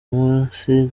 musi